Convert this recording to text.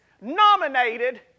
nominated